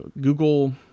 Google